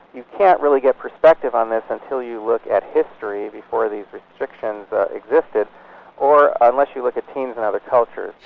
you can't really get perspective on this until you look at history before these restrictions existed or unless you look at teens in another cultures.